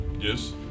Yes